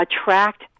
attract